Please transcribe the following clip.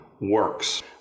works